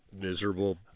miserable